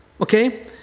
Okay